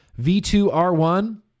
V2R1